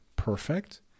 perfect